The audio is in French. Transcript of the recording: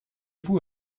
vous